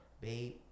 babe